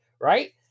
right